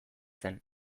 zen